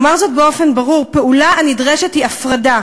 אומר זאת באופן ברור: הפעולה הנדרשת היא הפרדה.